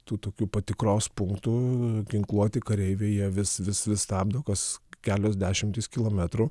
tų tokių patikros punktų ginkluoti kareiviai jie vis vis vis stabdo kas kelios dešimtys kilometrų